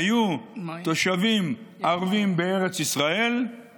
ואחר כך